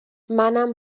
منم